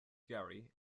garry